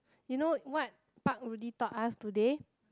you know what Pak-Rudy taught us today